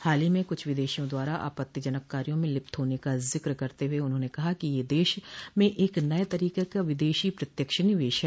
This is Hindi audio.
हाल ही में कुछ विदेशियों द्वारा आपत्तिजनक कार्यों में लिप्त होने का उल्लेख करते हुए उन्होंने कहा कि यह देश में एक नये तरीके का विदेशी प्रत्यक्ष निवेश है